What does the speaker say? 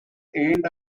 end